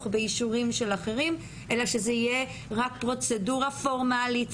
באישורים של אחרים אלא שזו תהיה רק פרוצדורה פורמלית,